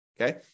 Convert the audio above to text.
Okay